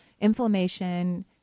inflammation